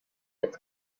its